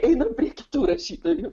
einam prie kitų rašytojų